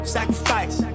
Sacrifice